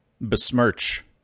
besmirch